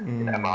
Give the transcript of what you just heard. mm